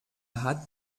hat